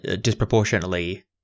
disproportionately